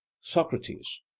socrates